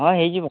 ହଁ ହଁ ହେଇଯିବ